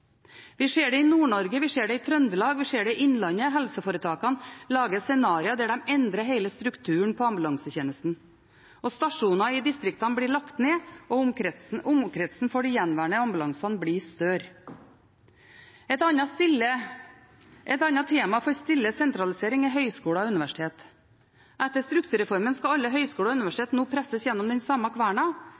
Vi ser det i Nord-Norge, vi ser det i Trøndelag, vi ser det i Innlandet. Helseforetakene lager scenarioer der de endrer hele strukturen på ambulansetjenesten. Stasjoner i distriktene blir lagt ned, og omkretsen for de gjenværende ambulansene blir større. Et annet tema for stille sentralisering er høyskoler og universiteter. Etter strukturreformen skal alle høyskoler og universiteter nå presses gjennom den samme kverna,